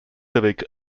avec